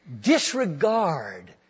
disregard